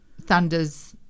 thunders